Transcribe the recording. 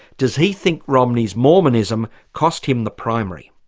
does he think romney's mormonism cost him the primary?